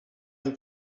and